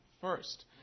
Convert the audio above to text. first